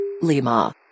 Lima